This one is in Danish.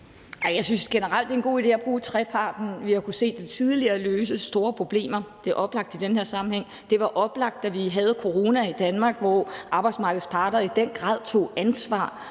Jeg synes generelt, det er en god idé at bruge trepartsinstitutionen. Vi har kunnet se, at det tidligere er lykkedes at løse store problemer, og det er oplagt i den her sammenhæng. Det var også oplagt, da vi havde corona i Danmark, hvor arbejdsmarkedets parter i den grad tog ansvar